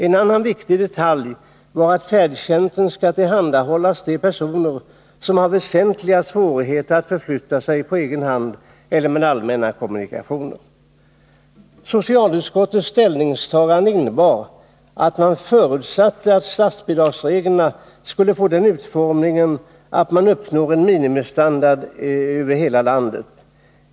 En annan viktig detalj var att färdtjänsten skall tillhandahållas de personer som har väsentliga svårigheter att förflytta sig på egen hand eller med allmänna kommunikationer. Socialutskottets ställningstagande innebar att man förutsatte att statsbidragsreglerna skulle få den utformningen att man uppnår en minimistandard i hela landet.